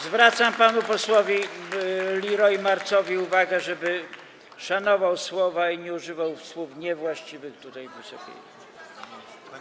Zwracam panu posłowi Liroyowi-Marcowi uwagę, żeby szanował słowa i nie używał słów niewłaściwych w Wysokiej Izbie.